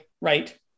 right